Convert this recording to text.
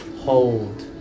hold